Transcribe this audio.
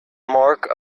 mark